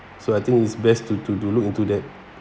so I think it's best to to to look into that